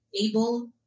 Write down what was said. able